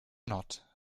not